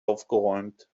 aufgeräumt